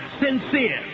sincere